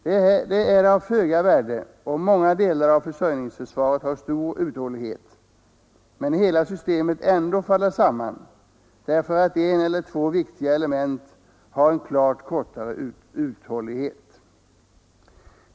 Det är av föga värde om många delar av försörjningsförsvaret har stor uthållighet men hela systemet ändå faller samman därför att en eller två viktiga element har en klart kortare uthållighet.